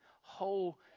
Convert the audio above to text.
whole